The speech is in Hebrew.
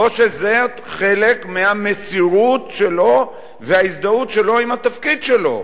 או שזאת חלק מהמסירות שלו וההזדהות שלו עם התפקיד שלו?